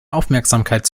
aufmerksamkeit